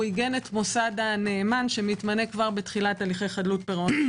הוא עיגן את מוסד הנאמן שמתמנה כבר בתחילת הליכי חדלות פירעון,